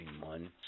one